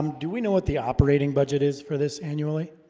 um do we know what the operating budget is for this annually